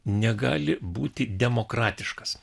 negali būti demokratiškas